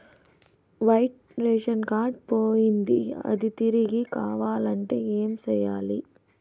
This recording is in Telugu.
వైట్ రేషన్ కార్డు పోయింది అది తిరిగి కావాలంటే ఏం సేయాలి